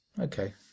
Okay